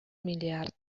миллиард